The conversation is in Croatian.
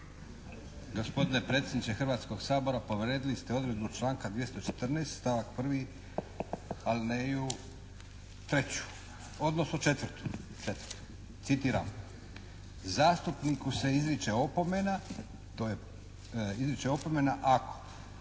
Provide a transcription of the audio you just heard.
Gospodine predsjedniče Hrvatskog sabora. Povredili ste odredbu članka 214. stavak 1. alineju 4. citiram: "Zastupniku se izriče opomena ako se javi za